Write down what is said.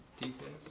details